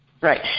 Right